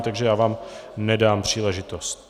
Takže já vám nedám příležitost.